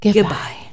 Goodbye